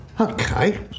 Okay